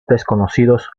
desconocidos